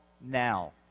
now